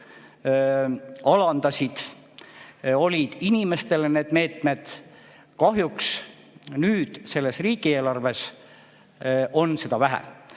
alandasid, olid ka inimestele need meetmed. Kahjuks on selles riigieelarves seda vähe.